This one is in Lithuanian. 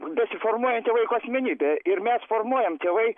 besiformuojanti vaiko asmenybė ir mes formuojam tėvai